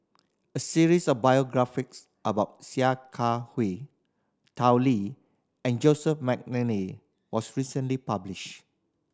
a series of biographies about Sia Kah Hui Tao Li and Joseph McNally was recently published